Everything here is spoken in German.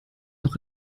noch